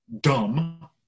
dumb